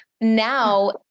now